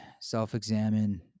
self-examine